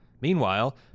Meanwhile